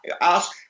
Ask